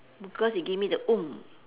because it give me the